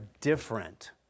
different